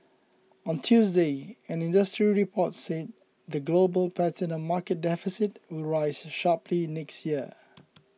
on Tuesday an industry report said the global platinum market deficit will rise sharply next year